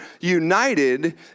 united